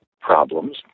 problems